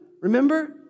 Remember